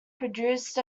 produced